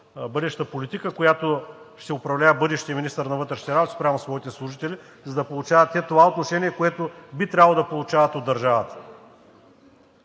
бъдеща политика, която ще управлява бъдещият министър на вътрешните работи спрямо своите служители, за да получават те това отношение, което би трябвало да получават от държавата.